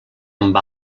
amb